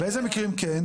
באיזה מקרים כן?